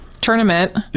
tournament